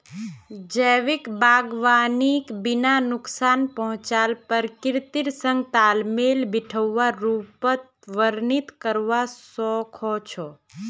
जैविक बागवानीक बिना नुकसान पहुंचाल प्रकृतिर संग तालमेल बिठव्वार रूपत वर्णित करवा स ख छ